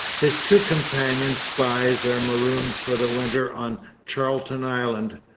his two companion spies are marooned for the winter on charlton island.